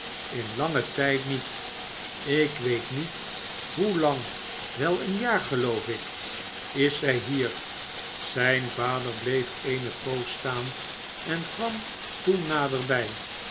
in langen tijd niet ik weet niet hoeing wel een jaar geloof ik is zij hier zijn vader bleef eene poos staan en kwam toen naderbij